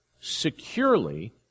securely